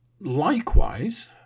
Likewise